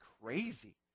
crazy